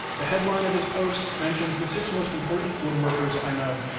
the headline of this post mentions the six most important woodworkers i know.